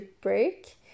break